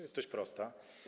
Jest dość prosta.